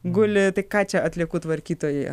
guli tai ką čia atliekų tvarkytojai